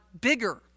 bigger